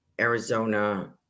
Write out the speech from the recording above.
Arizona